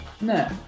No